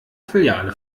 filiale